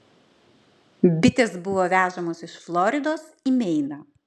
bitės buvo vežamos iš floridos į meiną